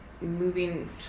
moving